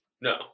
No